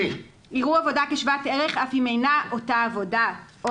יראו עבודה כשוות ערך אף אם אינה אותה עבודה או